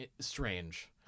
strange